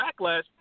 backlash